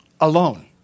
alone